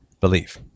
belief